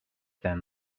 than